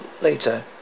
later